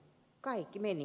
kaikki meni